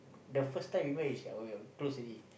the first time we met is at our close already